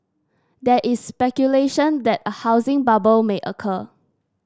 there is speculation that a housing bubble may occur